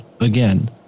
again